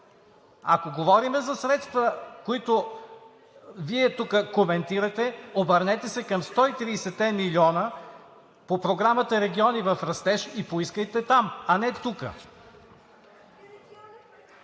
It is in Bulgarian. Ако говорим за средства, които Вие тук коментирате, обърнете се към 130-те милиона по Програмата „Региони в растеж“ и поискайте там, а не тук.